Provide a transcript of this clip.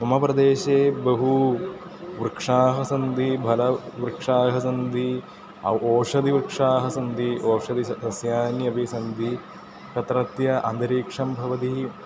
मम प्रदेशे बहु वृक्षाः सन्ति फलवृक्षाः सन्ति औ ओषधिवृक्षाः सन्ति ओषधिसस्यानि अपि सन्ति तत्रत्य अन्तरिक्षं भवति